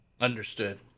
Understood